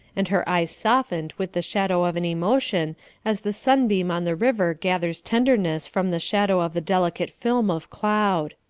and her eyes softened with the shadow of an emotion as the sunbeam on the river gathers tenderness from the shadow of the delicate film of cloud.